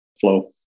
flow